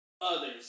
others